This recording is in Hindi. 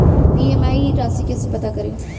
ई.एम.आई राशि कैसे पता करें?